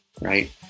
Right